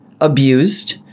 abused